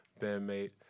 bandmate